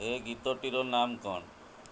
ଏ ଗୀତଟିର ନାମ କ'ଣ